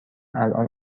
الان